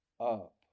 up